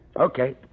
Okay